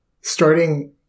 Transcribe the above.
Starting